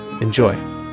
Enjoy